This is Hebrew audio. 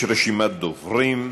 יש רשימת דוברים.